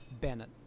Bennett